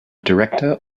director